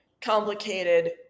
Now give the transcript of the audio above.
complicated